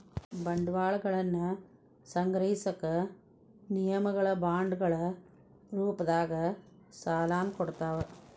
ಬಂಡವಾಳವನ್ನ ಸಂಗ್ರಹಿಸಕ ನಿಗಮಗಳ ಬಾಂಡ್ಗಳ ರೂಪದಾಗ ಸಾಲನ ಕೊಡ್ತಾವ